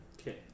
Okay